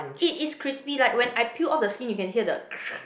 it is crispy like when I peel off the skin you can hear the